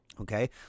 Okay